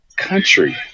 country